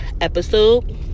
episode